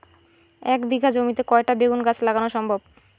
এক বিঘা জমিতে কয়টা বেগুন গাছ লাগানো সম্ভব?